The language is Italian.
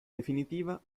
definitiva